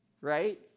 right